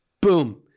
Boom